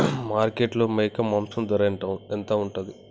మార్కెట్లో మేక మాంసం ధర ఎంత ఉంటది?